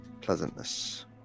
pleasantness